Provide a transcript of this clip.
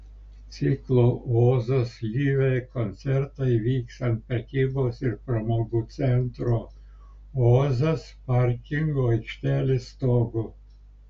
ciklo ozas live koncertai vyks ant prekybos ir pramogų centro ozas parkingo aikštelės stogo